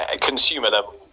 consumer-level